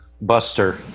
Buster